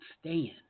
stand